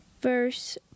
verse